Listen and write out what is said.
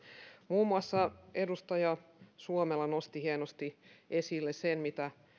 muun muassa edustaja suomela nosti hienosti esille sen mitä